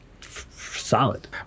solid